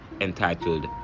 entitled